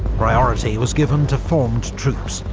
priority was given to formed troops,